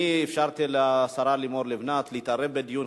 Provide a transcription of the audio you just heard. אני אפשרתי לשרה לימור לבנת להתערב בדיון,